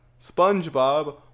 spongebob